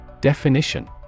Definition